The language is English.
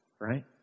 Right